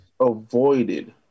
Avoided